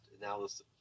analysis